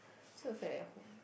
so it feel like home